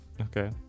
okay